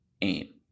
Aim